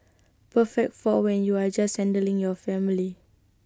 perfect for when you're just your family